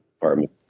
department